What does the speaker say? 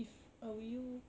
if I were you